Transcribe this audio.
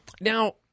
Now